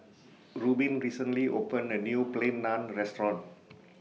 Reubin recently opened A New Plain Naan Restaurant